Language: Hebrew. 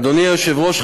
אדוני היושב-ראש,